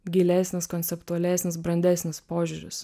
gilesnis konceptualesnis brandesnis požiūris